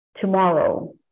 tomorrow